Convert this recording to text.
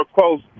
close